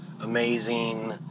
amazing